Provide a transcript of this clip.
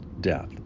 death